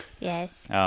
Yes